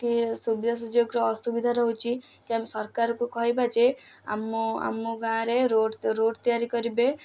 କି ସୁବିଧା ସୁଯୋଗର ଅସୁବିଧା ରହୁଛି କି ଆମେ ସରକାରକୁ କହିବା ଯେ ଆମ ଆମ ଗାଁରେ ରୋଡ଼୍ ରୋଡ଼୍ ତିଆରି କରିବେ